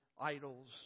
idols